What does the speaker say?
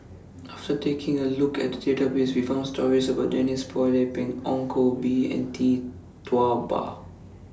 after taking A Look At The Database We found stories about Denise Phua Lay Peng Ong Koh Bee and Tee Tua Ba